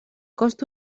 cost